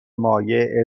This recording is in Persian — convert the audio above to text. مایه